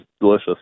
delicious